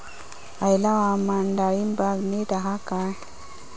हयला हवामान डाळींबाक नीट हा काय?